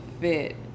fit